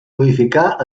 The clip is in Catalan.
modificar